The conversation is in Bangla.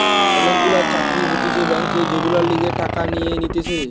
অনেক গুলা চাকরি হতিছে ব্যাংকে যেগুলার লিগে টাকা নিয়ে নিতেছে